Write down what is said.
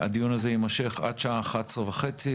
הדיון הזה יימשך עד שעה 11:30,